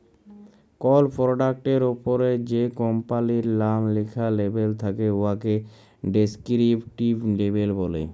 call পরডাক্টের উপরে যে কম্পালির লাম লিখ্যা লেবেল থ্যাকে উয়াকে ডেসকিরিপটিভ লেবেল ব্যলে